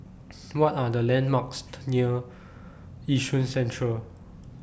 What Are The landmarks near Yishun Central